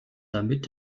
damit